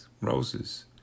roses